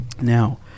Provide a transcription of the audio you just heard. Now